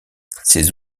ses